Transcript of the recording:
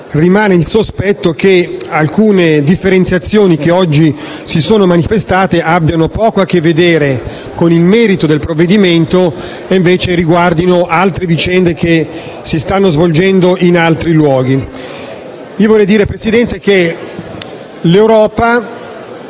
rimane il sospetto che alcune differenziazioni che oggi si sono manifestate abbiano poco a che vedere con il merito del provvedimento, ma riguardino altre vicende, che si stanno svolgendo in altri luoghi. Signor Presidente, vorrei